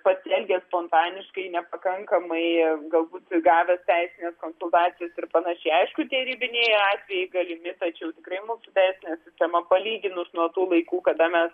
pasielgė spontaniškai nepakankamai galbūt gavęs teisinės konsultacijos ir panašiai aišku tie ribiniai atvejai galimi tačiau tikrai mūsų teisinė sistema palyginus nuo tų laikų kada mes